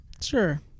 sure